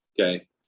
Okay